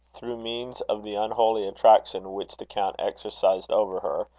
through means of the unholy attraction which the count exercised over her,